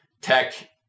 tech